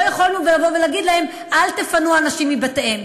לא יכולנו לבוא ולהגיד להם: אל תפנו אנשים מבתיהם,